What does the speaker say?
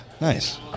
Nice